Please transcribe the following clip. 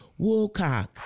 Woolcock